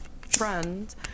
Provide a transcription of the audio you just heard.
friends